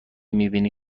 میبینی